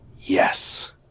yes